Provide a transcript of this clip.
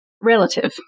relative